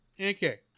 okay